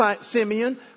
Simeon